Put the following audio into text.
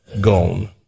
gone